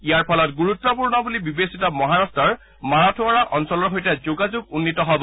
ইয়াৰ ফলত গুৰুত্বপূৰ্ণ বুলি বিবেচিত মহাৰাট্টৰ মাৰাথৱাড়া অঞ্চলৰ সৈতে যোগাযোগ উন্নীত হ'ব